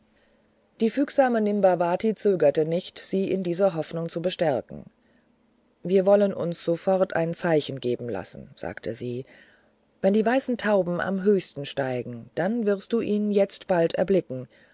die fügsame nimbavati zögerte nicht sie in dieser hoffnung zu bestärken wir wollen uns sofort ein zeichen geben lassen sagte sie wenn die weißen tauben am höchsten steigen dann wirst du ihn jetzt bald erblicken